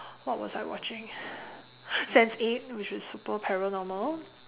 what was I watching sense eight which is super paranormal